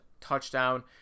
touchdown